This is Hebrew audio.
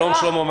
שלום, שלמה.